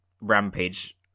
rampage